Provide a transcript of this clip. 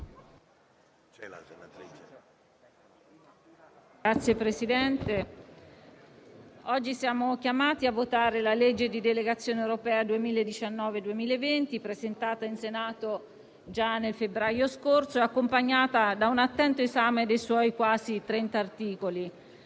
Signor Presidente, oggi siamo chiamati a votare la legge di delegazione europea 2019-2020, presentata in Senato già nel febbraio scorso e accompagnata da un attento esame dei suoi quasi 30 articoli;